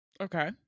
Okay